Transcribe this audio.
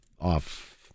off